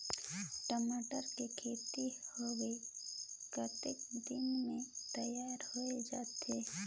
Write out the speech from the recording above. टमाटर कर खेती हवे कतका दिन म तियार हो जाथे?